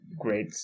great